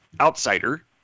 Outsider